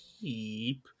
keep